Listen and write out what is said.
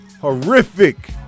Horrific